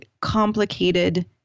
complicated